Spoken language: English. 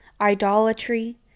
idolatry